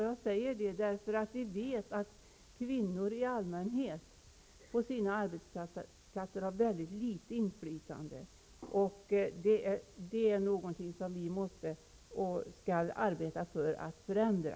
Jag säger det därför att vi vet att kvinnor i allmänhet har mycket litet inflytande på sina arbetsplatser. Det är någonting som vi måste och skall arbeta för att förändra.